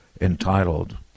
entitled